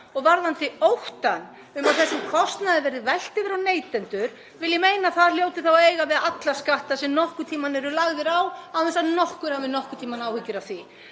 Varðandi óttann um að þessum kostnaði verði velt yfir á neytendur vil ég meina að það hljóti þá að eiga við um alla skatta sem nokkurn tímann eru lagðir á án þess að nokkur hafi nokkurn tímann áhyggjur af því.